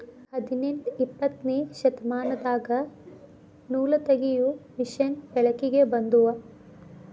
ಹದನೆಂಟ ಇಪ್ಪತ್ತನೆ ಶತಮಾನದಾಗ ನೂಲತಗಿಯು ಮಿಷನ್ ಬೆಳಕಿಗೆ ಬಂದುವ